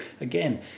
Again